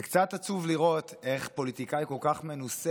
זה קצת עצוב לראות איך פוליטיקאי כל כך מנוסה